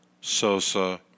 Sosa